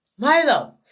Milo